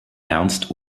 ernst